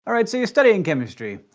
all right, so you're studying chemistry,